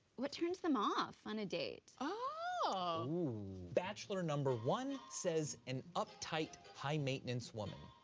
what turns them off on a date. oh! ooh. bachelor number one says, an uptight, high maintenance woman.